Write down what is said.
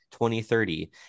2030